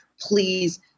please